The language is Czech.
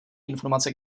informace